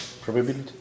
Probability